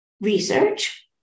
research